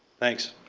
thanks.